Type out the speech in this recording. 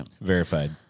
Verified